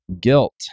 guilt